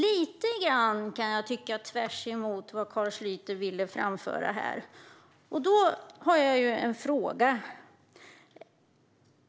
Jag kan tycka att det lite grann är tvärtemot vad Carl Schlyter ville framföra här. Jag har en fråga.